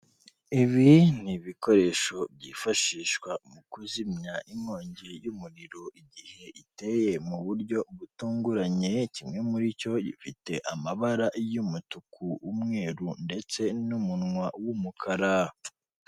Ibi ni ibikoresho byifashishwa mu kuzimya inkongi y'umuriro igihe iteye mu buryo butunguranye, kimwe muri cyo gifite amabara y'umutuku, umweru ndetse n'umunwa w'umukara.